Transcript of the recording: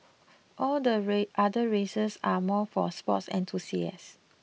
all the other races are more for sports enthusiasts